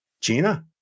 Gina